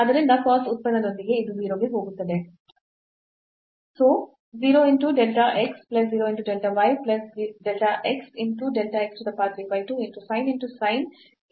ಆದ್ದರಿಂದ cos ಉತ್ಪನ್ನದೊಂದಿಗೆ ಇದು 0 ಗೆ ಹೋಗುತ್ತದೆ